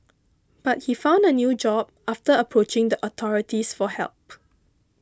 but he found a new job after approaching the authorities for help